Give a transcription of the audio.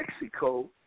Mexico